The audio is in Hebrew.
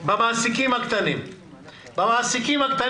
במעסיקים הקטנים אני